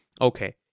Okay